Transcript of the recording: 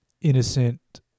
innocent